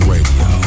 Radio